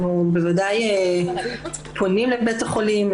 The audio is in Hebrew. אנחנו בוודאי פונים לבית החולים,